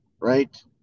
right